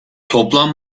toplam